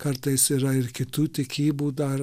kartais yra ir kitų tikybų dar